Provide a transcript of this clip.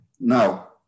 Now